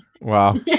wow